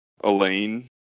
Elaine